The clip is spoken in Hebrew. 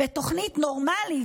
בתוכנית נורמלית,